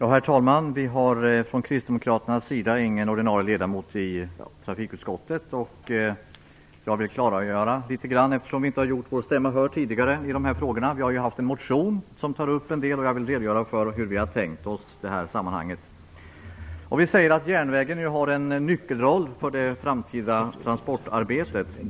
Herr talman! Vi har från kristdemokraterna inte någon ordinarie ledamot i trafikutskottet. Jag vill göra några klargöranden, eftersom vi inte har gjort vår stämma hörd tidigare i dessa frågor. Vi har väckt en motion som tar upp en del frågor, och jag vill redogöra för hur vi har tänkt i det här sammanhanget. Järnvägen har en nyckelroll i det framtida transportarbetet.